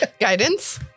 Guidance